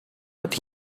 but